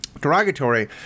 derogatory